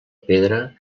pedra